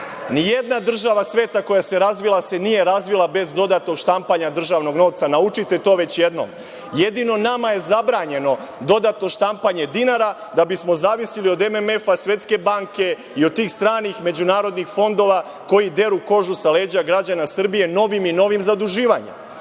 nijedna država sveta koja se razvila se nije razvila bez dodatnog štampanja državnog novca, naučite to već jednom. Jedino je nama zabranjeno dodatno štampanje dinara da bismo zavisili od MMF, Svetske banke i od tih stranih međunarodnih fondova koji deru kožu sa leđa građana Srbije novim i novim zaduživanjem.